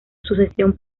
sucesión